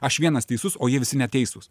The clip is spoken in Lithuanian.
aš vienas teisus o jie visi neteisūs